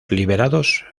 liberados